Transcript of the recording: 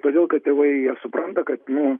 todėl kad tėvai jie supranta kad nu